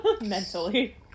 Mentally